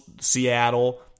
Seattle